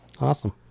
Awesome